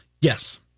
Yes